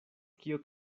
kio